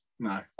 No